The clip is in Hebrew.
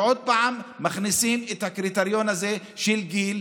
ועוד פעם מכניסים את הקריטריון הזה של גיל,